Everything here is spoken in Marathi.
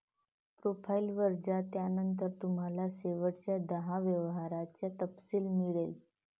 प्रोफाइल वर जा, त्यानंतर तुम्हाला शेवटच्या दहा व्यवहारांचा तपशील मिळेल